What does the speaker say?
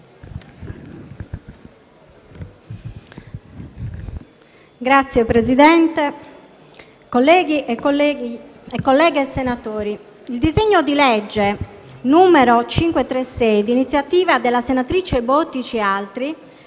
Signor Presidente, colleghe e colleghi senatori, il disegno di legge n. 536 d'iniziativa della senatrice Bottici e di altri,